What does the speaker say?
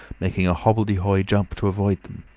making a hobbledehoy jump to avoid them.